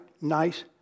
nice